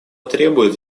требует